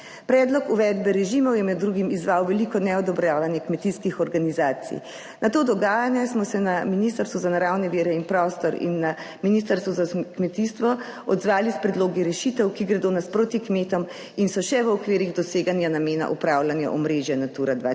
Predlog uvedbe režimov je med drugim izzval veliko neodobravanje kmetijskih organizacij. Na to dogajanje smo se na Ministrstvu za naravne vire in prostor in na Ministrstvu za kmetijstvo odzvali s predlogi rešitev, ki gredo nasproti kmetom in so še v okvirih doseganja namena upravljanja omrežja Natura 2000,